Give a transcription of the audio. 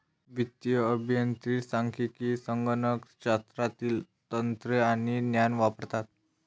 वित्तीय अभियंते सांख्यिकी, संगणक शास्त्रातील तंत्रे आणि ज्ञान वापरतात